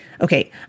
Okay